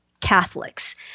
Catholics